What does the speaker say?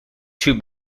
two